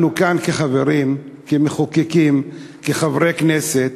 אנחנו כאן, כחברים, כמחוקקים, כחברי הכנסת,